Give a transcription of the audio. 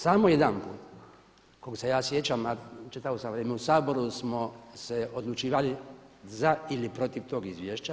Samo jedanput koliko se ja sjećam a čitavo sam vrijeme u Saboru smo se odlučivali za ili protiv tog izvješća.